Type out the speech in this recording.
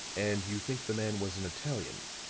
and you think the man was an italian?